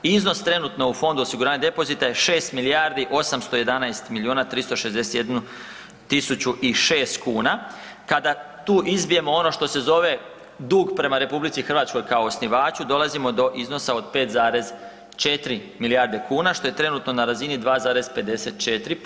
Iznos trenutno u fondu osiguranja depozita je 6 milijardi 811 milijuna 361 tisuću i 6 kuna, kada tu izbijemo ono što se zove dug prema RH kao osnivaču, dolazimo do iznosa od 5,4 milijarde kuna što je trenutno na razini 2,54%